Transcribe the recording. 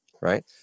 right